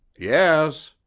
yes.